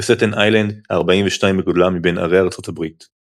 וסטטן איילנד – ה-42 בגודלה מבין ערי ארצות הברית.